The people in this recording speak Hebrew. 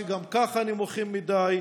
שגם ככה נמוכים מדי,